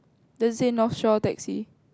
that's no shore taxi